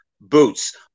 Boots